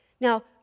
Now